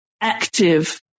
active